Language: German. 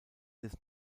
des